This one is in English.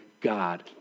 God